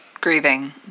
grieving